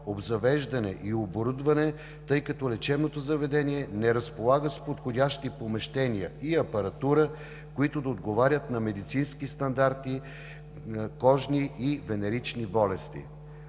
обзавеждане и оборудване, тъй като лечебното заведение не разполага с подходящи помещения и апаратура, които да отговарят на медицински стандарти на кожни и венерични болести.